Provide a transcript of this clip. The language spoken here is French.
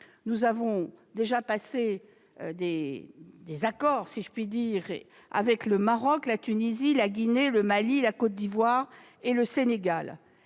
Nous avons déjà passé des accords avec le Maroc, la Tunisie, la Guinée, le Mali, la Côte-d'Ivoire et le Sénégal.